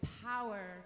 power